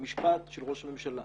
במשפט של ראש הממשלה.